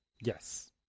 Yes